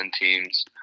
teams